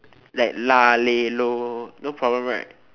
like lah leh loh no problem right